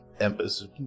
Ember's